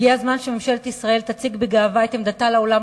הגיע הזמן שממשלת ישראל תציג בגאווה את עמדתה לעולם